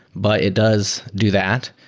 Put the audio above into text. but it does do that.